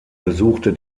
besuchte